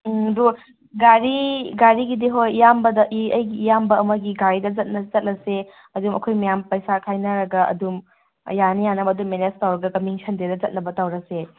ꯎꯝ ꯑꯗꯣ ꯒꯥꯔꯤ ꯒꯥꯔꯤꯒꯤꯗꯤ ꯍꯣꯏ ꯏꯌꯥꯝꯕꯗ ꯑꯩꯒꯤ ꯏꯌꯥꯝꯕ ꯑꯃꯒꯤ ꯒꯥꯔꯤꯗ ꯆꯠꯂꯁꯦ ꯑꯗꯨꯝ ꯑꯩꯈꯣꯏ ꯃꯌꯥꯝ ꯆꯩꯁꯥ ꯈꯥꯏꯅꯔꯒ ꯑꯗꯨꯝ ꯌꯥꯅ ꯌꯥꯅꯕ ꯑꯗꯨꯝ ꯃꯦꯅꯦꯁ ꯇꯧꯔꯒ ꯀꯝꯃꯤꯡ ꯁꯟꯗꯦꯗ ꯆꯠꯅꯕ ꯇꯧꯔꯁꯦ